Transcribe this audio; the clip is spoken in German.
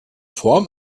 form